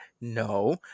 No